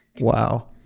wow